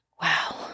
wow